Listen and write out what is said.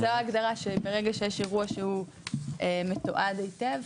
זו ההגדרה שברגע שיש אירוע שמתועד היטב,